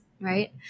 right